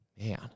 Man